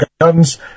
guns